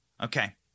Okay